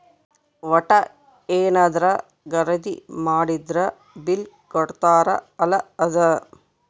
ವಟ್ಟ ಯೆನದ್ರ ಖರೀದಿ ಮಾಡಿದ್ರ ಬಿಲ್ ಕೋಡ್ತಾರ ಅಲ ಅದ